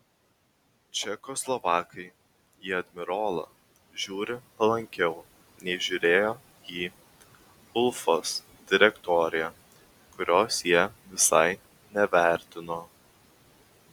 čekoslovakai į admirolą žiūri palankiau nei žiūrėjo į ufos direktoriją kurios jie visai nevertino